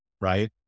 right